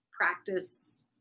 practice